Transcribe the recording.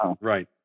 Right